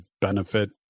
benefit